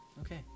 Okay